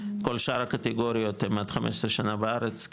כל שאר הקטגוריות הם עד 15 שנה בארץ,